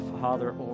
Father